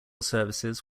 services